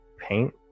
paint